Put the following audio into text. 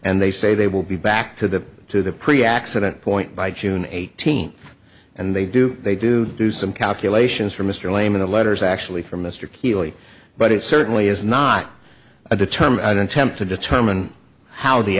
and they say they will be back to the to the pre accident point by june eighteenth and they do they do do some calculations for mr layman the letters actually from mr kiely but it certainly is not a determine attempt to determine how the